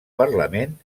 parlament